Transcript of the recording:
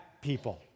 people